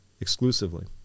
exclusively